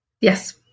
Yes